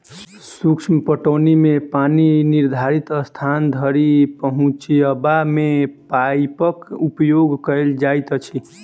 सूक्ष्म पटौनी मे पानि निर्धारित स्थान धरि पहुँचयबा मे पाइपक उपयोग कयल जाइत अछि